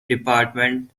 department